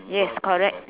yes correct